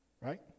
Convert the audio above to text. right